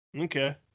Okay